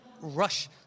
rush